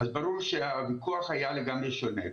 אז ברור שהכוח היה לגמרי שונה.